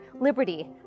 liberty